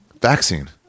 Vaccine